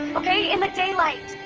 okay? in the daylight